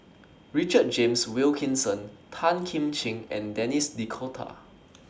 Richard James Wilkinson Tan Kim Ching and Denis D'Cotta